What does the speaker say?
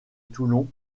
toulon